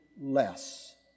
less